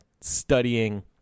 studying